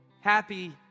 happy